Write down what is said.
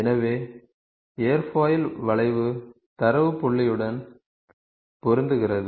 எனவே ஏர்ஃபாயில் வளைவு தரவு புள்ளியுடன் பொருந்துகிறது